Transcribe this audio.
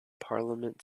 parliament